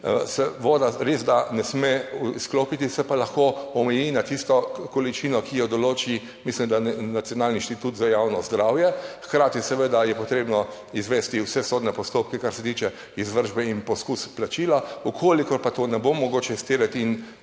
voda res da ne sme izklopiti, se pa lahko omeji na tisto količino, ki jo določi, mislim, da Nacionalni inštitut za javno zdravje. Hkrati seveda je potrebno izvesti vse sodne postopke, kar se tiče izvršbe in poskus plačila. v kolikor pa to ne bo mogoče izterjati in